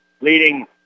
Leading